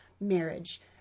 marriage